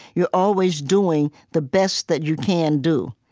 you're always doing the best that you can do,